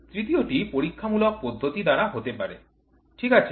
তৃতীয়টি পরীক্ষামূলক পদ্ধতি দ্বারা হতে পারে ঠিক আছে